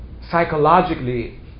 psychologically